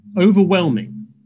Overwhelming